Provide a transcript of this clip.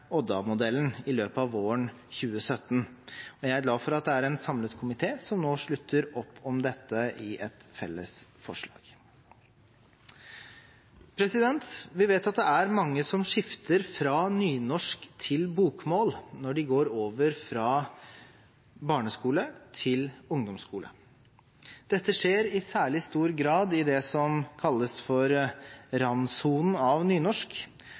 i løpet av våren 2017. Jeg er glad for at det er en samlet komité som nå slutter opp om dette i et felles forslag. Vi vet at det er mange som skifter fra nynorsk til bokmål når de går over fra barneskole til ungdomsskole. Dette skjer i særlig stor grad i det som kalles randsonen for nynorsk,